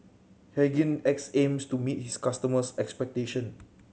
Hygin X aims to meet its customers' expectation